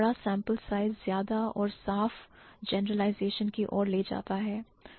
बड़ा sample size ज्यादा और साफ जनरलाइजेशन की ओर ले जाता है